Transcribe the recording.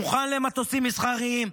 מוכן למטוסים מסחריים,